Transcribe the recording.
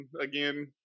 again